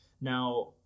Now